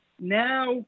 now